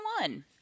one